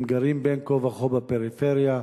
הם גרים, בין כה וכה, בפריפריה,